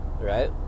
right